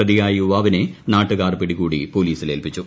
പ്രതിയായ യുവാവിനെ നാട്ടുകാർ പിടികൂടി പോലീസിൽ ഏൽപ്പിച്ചു